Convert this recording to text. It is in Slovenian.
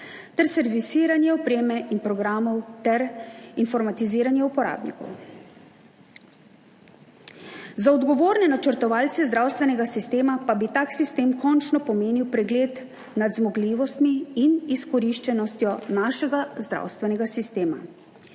ter servisiranje opreme in programov ter informatiziranje uporabnikov. Za odgovorne načrtovalce zdravstvenega sistema pa bi tak sistem končno pomenil pregled nad zmogljivostmi in izkoriščenostjo našega zdravstvenega sistema.